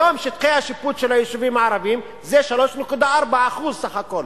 היום שטחי השיפוט של היישובים הערביים זה 3.4% סך הכול,